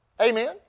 Amen